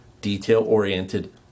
detail-oriented